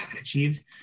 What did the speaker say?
achieved